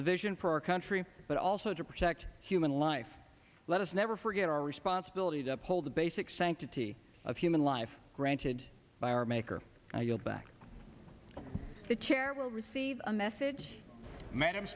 the vision for our country but also to protect human life let us never forget our responsibility to uphold the basic sanctity of human life granted by our maker i yield back the chair will receive a message m